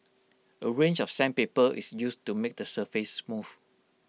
A range of sandpaper is used to make the surface smooth